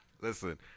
Listen